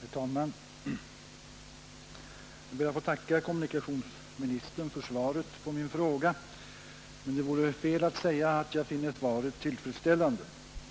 Herr talman! Jag ber att få tacka kommunikationsministern för svaret på min fråga. Men det vore fel att säga att jag finner svaret tillfredsställan de.